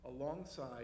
alongside